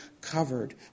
covered